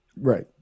Right